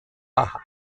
paja